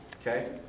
okay